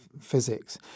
physics